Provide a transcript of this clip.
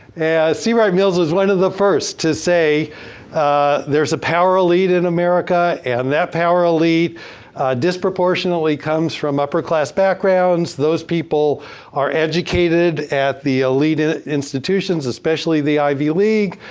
c. wright mills is one of the first to say there's a power elite in america, and that power elite disproportionately comes from upper class backgrounds. those people are educated at the elite institutions especially the ivy league,